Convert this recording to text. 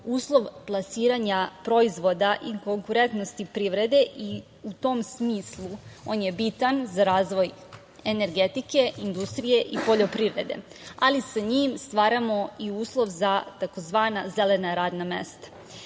uslov plasiranja proizvoda i konkurentnosti privrede i u tom smislu on je bitan za razvoj energetike, industrije i poljoprivrede, ali sa njim stvaramo i uslov za tzv. zelena radna mesta. Između